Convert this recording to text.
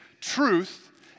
truth